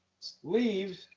Leaves